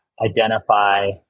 identify